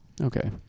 Okay